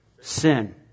sin